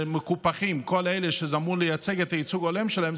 כשמקופחים כל אלה שזה אמור לייצג את הייצוג ההולם שלהם?